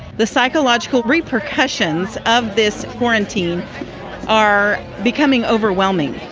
the psychological repercussions of this quarantine are becoming overwhelming.